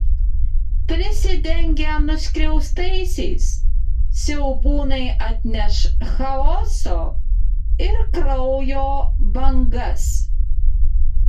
prisidengę nuskriaustaisiais siaubūnai atneš chaoso ir kraujo bangas